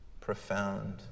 profound